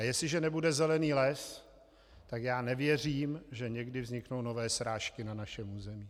A jestliže nebude zelený les, tak já nevěřím, že někdy vzniknou nové srážky na našem území.